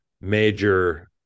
major